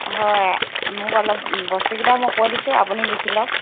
হয় মোক অলপ বস্তুকিটা মই কৈ দিছোঁ আপুনি লিখি লওক